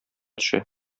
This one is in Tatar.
төшә